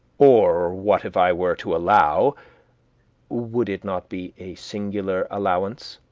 or what if i were to allow would it not be a singular allowance